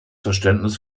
verständnis